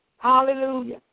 Hallelujah